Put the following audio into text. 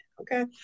Okay